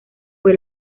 fue